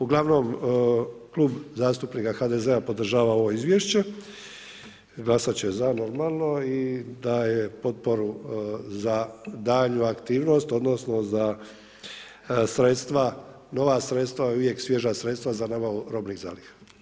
Uglavnom, Klub zastupnika HDZ-a podržava ovo izvješće, glasat že za normalno i daje potporu za daljnju aktivnost odnosno za sredstva, nova sredstva i uvijek svježa sredstva za nabavu robnih zaliha.